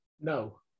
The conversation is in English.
No